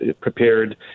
prepared